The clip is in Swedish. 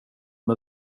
med